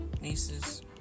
Nieces